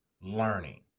learning